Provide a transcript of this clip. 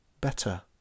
better